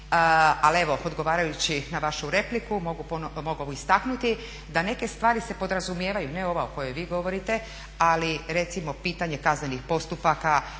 ali evo odgovarajući na vašu repliku mogu istaknuti da neke stvari se podrazumijevaju. Ne ova o kojoj vi govorite, ali recimo pitanje kaznenih postupaka,